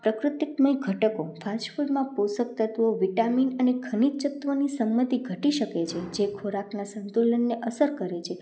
પ્રકૃતિકમય ઘટકો ફાસ્ટફૂડમાં પોષક તત્ત્વો વિટામિન અને ખનીજ તત્ત્વોની સંમતિ ઘટી શકે છે જે ખોરાકના સંતુલનને અસર કરે છે